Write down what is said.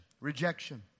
Rejection